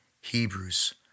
Hebrews